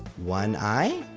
one eye.